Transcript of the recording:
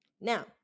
Now